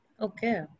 Okay